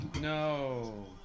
No